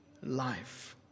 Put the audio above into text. life